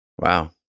Wow